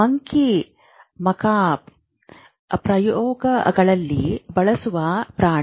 monkey macaque ಪ್ರಯೋಗಗಳಲ್ಲಿ ಬಳಸುವ ಪ್ರಾಣಿ